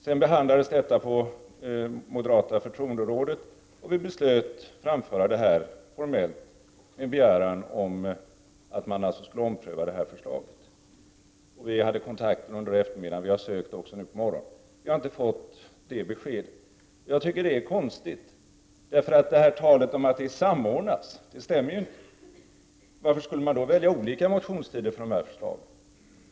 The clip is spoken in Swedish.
Detta behandlades sedan på moderata förtroenderådet, och vi beslöt att framföra detta formellt med en begäran om att man skall ompröva förslaget. Vi hade kontakter under eftermiddagen, och vi har sökt kontakt nu också på morgonen. Vi har inte fått besked. Jag tycker att detta är konstigt. Talet om att frågorna skall samordnas stämmer inte. Varför skall man då välja olika motionstider för dessa förslag? Det är fyra dagar i det ena fallet och fem i det andra.